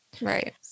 Right